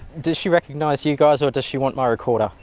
does she recognise you guys or does she want my recorder?